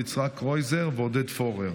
יצחק קרויזר ועודד פורר.